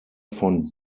von